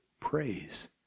praise